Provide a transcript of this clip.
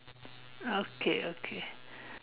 okay okay